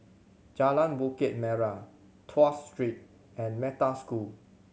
Jalan Bukit Merah Tuas Street and Metta School